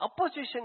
opposition